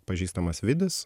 pažįstamas vidis